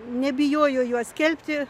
nebijojo juos skelbti